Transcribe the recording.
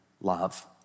love